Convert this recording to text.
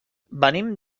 venim